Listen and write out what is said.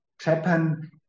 Japan